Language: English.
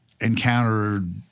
encountered